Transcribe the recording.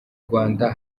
rwanda